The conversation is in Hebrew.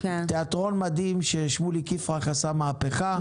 תיאטרון מדהים ששמוליק יפרח עשה מהפכה.